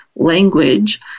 language